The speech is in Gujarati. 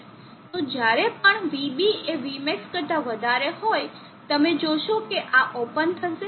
તો જ્યારે પણ vB એ vmax કરતા વધારે હોય તમે જોશો કે આ ઓપન થશે